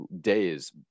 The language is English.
days